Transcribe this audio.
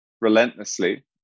relentlessly